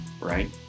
right